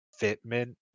fitment